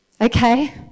Okay